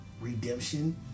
redemption